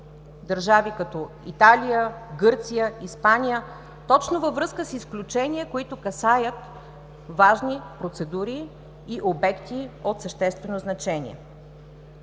държави като Дания, Италия, Гърция, Испания, точно във връзка с изключения, които касаят важни процедури и обекти от съществено значение.